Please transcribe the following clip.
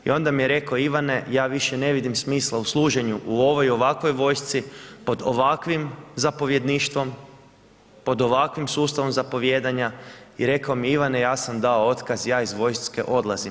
I onda mi je Ivane ja više ne vidim smisla u služenju u ovoj i ovakvoj vojsci, pod ovakvim zapovjedništvom, pod ovakvim sustavom zapovijedanja i rekao mi je Ivane ja sam dao otkaz ja iz vojske odlazim.